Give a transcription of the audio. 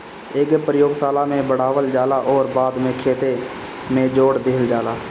एके प्रयोगशाला में बढ़ावल जाला अउरी बाद में खेते में छोड़ दिहल जाला